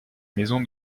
maison